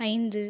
ஐந்து